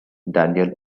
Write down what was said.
daniel